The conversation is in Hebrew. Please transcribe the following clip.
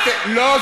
לא,